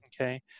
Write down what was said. Okay